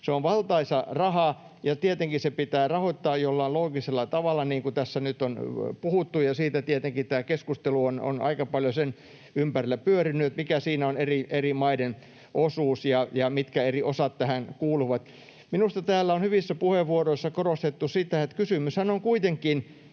Se on valtaisa raha, ja tietenkin se pitää rahoittaa jollain loogisella tavalla, niin kuin tässä nyt on puhuttu, ja tietenkin tämä keskustelu on aika paljon sen ympärillä pyörinyt, mikä siinä on eri maiden osuus ja mitkä eri osat tähän kuuluvat. Minusta täällä on hyvissä puheenvuoroissa korostettu sitä, että kysymyshän on kuitenkin